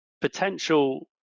potential